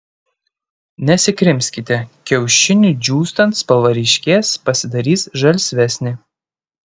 nesikrimskite kiaušiniui džiūstant spalva ryškės pasidarys žalsvesnė